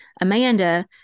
Amanda